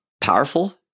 powerful